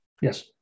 Yes